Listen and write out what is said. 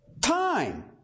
time